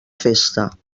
festa